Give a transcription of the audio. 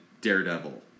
Daredevil